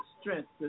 strength